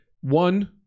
One